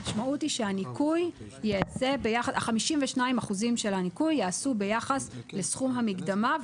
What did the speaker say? המשמעות היא ש-52% האחוזים של הניכוי ייעשו ביחס לסכום המקדמה,